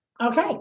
Okay